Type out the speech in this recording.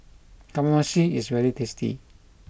Kamameshi is very tasty